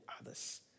others